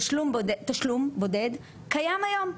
תשלום בודד קיים היום,